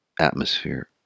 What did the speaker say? atmosphere